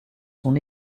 son